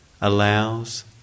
allows